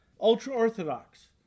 ultra-Orthodox